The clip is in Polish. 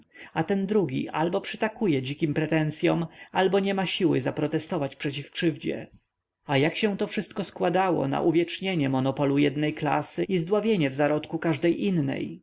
a ten drugi albo przytakuje dzikim pretensyom albo niema siły zaprotestować przeciw krzywdzie a jak się to wszystko składało na uwiecznienie monopolu jednej klasy i zdławienie w zarodku każdej innej